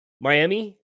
Miami